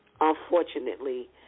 unfortunately